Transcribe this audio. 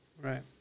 Right